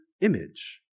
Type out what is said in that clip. image